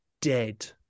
dead